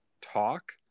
talk